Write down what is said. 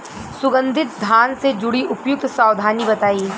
सुगंधित धान से जुड़ी उपयुक्त सावधानी बताई?